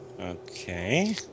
Okay